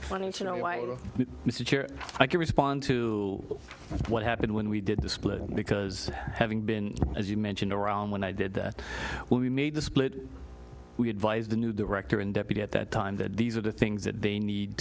know i can respond to what happened when we did the split because having been as you mentioned iran when i did that when we made the split we advised the new director and deputy at that time that these are the things that they need